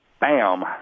bam